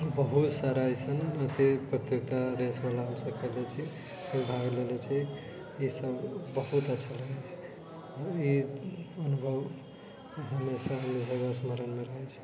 बहुत सारा अथी अइसन प्रतियोगिता रेसवला हमसब खेलेने छी भाग लेने छी ईसब बहुत अच्छा लगै छै ई अनुभव हमेशा हमरा सबके स्मरणमे रहै छै